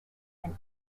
and